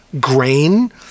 grain